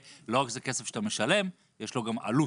לא רק שזה כסף שאתה משלם, יש לו גם עלות.